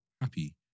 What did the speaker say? happy